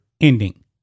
ending